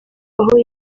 aho